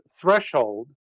threshold